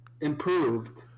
Improved